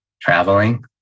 Traveling